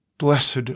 Blessed